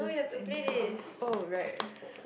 anyhow oh right